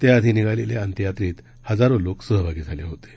त्याआधी निघालेल्या अंत्ययात्रेत हजारो लोक सहभागी झाले होते